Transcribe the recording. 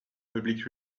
public